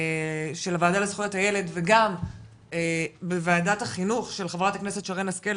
של הועדה לזכויות הילד וגם בוועדת החינוך של חברת הכנסת שרן השכל,